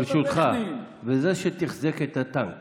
ברשותך, וזה שתחזק את הטנק